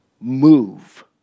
move